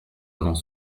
avant